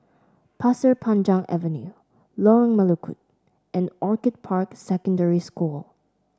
Pasir Panjang Avenue Lorong Melukut and Orchid Park Secondary School